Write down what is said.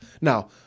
Now